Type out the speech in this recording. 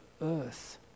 earth